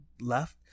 left